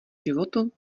životu